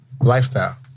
lifestyle